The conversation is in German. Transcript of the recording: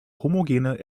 homogene